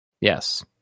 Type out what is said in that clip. yes